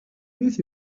beth